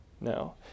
no